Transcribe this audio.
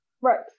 Right